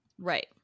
Right